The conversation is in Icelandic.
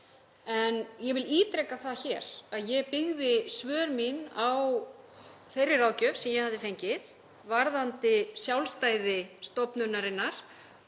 En ég vil ítreka það hér að ég byggði svör mín á þeirri ráðgjöf sem ég hafði fengið varðandi sjálfstæði stofnunarinnar.